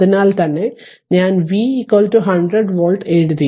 അതിനാൽത്തന്നെ ഞാൻ V 100 volt എഴുതി